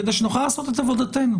כדי שנוכל לעשות את עבודתנו,